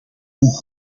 hoe